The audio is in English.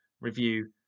review